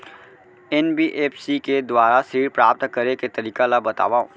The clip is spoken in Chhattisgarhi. एन.बी.एफ.सी के दुवारा ऋण प्राप्त करे के तरीका ल बतावव?